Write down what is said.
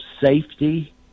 safety